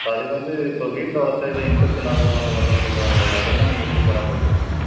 இப்போ அதுக்கு வந்து இப்போ வீட்டில வளர்த்தா எதுவும் இன்ஃபெக்ஷன் ஆகும் அந்த மாதிரிலாம் சொல்கிறாங்களே அதெல்லாம் நீங்கள் எப்படி பராமரிக்கிறீங்கண்ணா